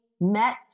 met